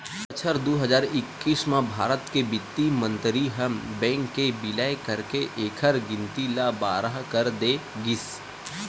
बछर दू हजार एक्कीस म भारत के बित्त मंतरी ह बेंक के बिलय करके एखर गिनती ल बारह कर दे गिस